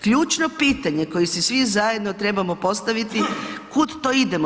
Ključno pitanje koje si svi zajedno trebamo postaviti, kud to idemo?